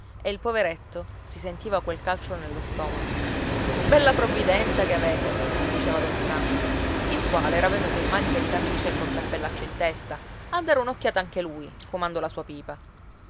e il poveretto si sentiva quel calcio nello stomaco bella provvidenza che avete gli diceva don franco il quale era venuto in maniche di camicia e col cappellaccio in testa a dare un'occhiata anche lui fumando la sua pipa